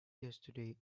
yesterday